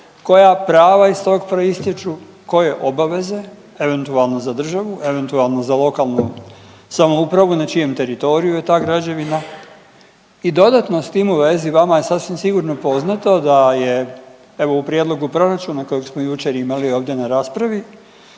Koja prava iz tog proistječu, koje obaveze eventualno za državu, eventualno za lokalnu samoupravu na čijem teritoriju je ta građevina i dodatno s tim u vezi vama je sasvim sigurno poznato da je evo u prijedlogu proračuna kojeg smo jučer imali ovdje na raspravi